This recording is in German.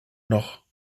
noch